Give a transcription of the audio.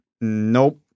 nope